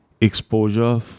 Exposure